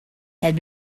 had